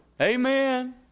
Amen